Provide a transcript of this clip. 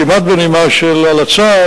כמעט בנימה של הלצה,